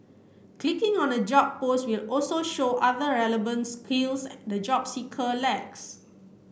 clicking on a job post will also show other relevant skills the job seeker lacks